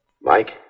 Mike